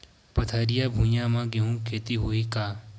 पथरिला भुइयां म गेहूं के खेती होही का?